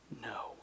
No